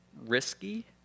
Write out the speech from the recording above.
risky